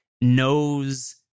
knows